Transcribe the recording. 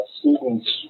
students